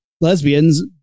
lesbians